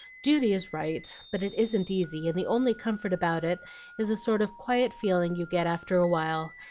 duty is right, but it isn't easy, and the only comfort about it is a sort of quiet feeling you get after a while,